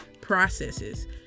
processes